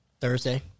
Thursday